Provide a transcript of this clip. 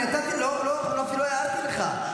אני אפילו לא הערתי לך.